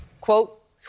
quote